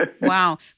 Wow